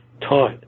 taught